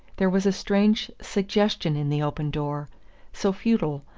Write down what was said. there was a strange suggestion in the open door so futile,